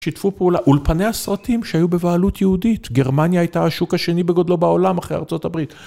שיתפו פעולה, אולפני הסרטים שהיו בבעלות יהודית, גרמניה הייתה השוק השני בגודלו בעולם אחרי ארה״ב.